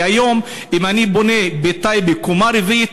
כי היום אם אני בונה בטייבה קומה רביעית,